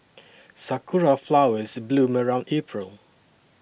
sakura flowers bloom around April